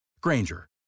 Granger